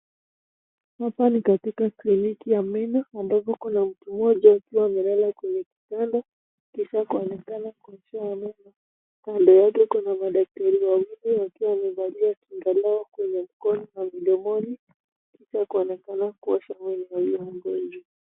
Hapa ni katika kliniki ya meno ambapo kuna mtu mmoja akiwa amelala kwenye kitanda kisha kuonekana kuosha meno. Kando yake kuna madaktari wawili wakiwa wamevalia kinga lao kwenye mkono na midomoni kisha kuonekana kuosha meno ya huyo mgonjwa.